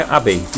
Abbey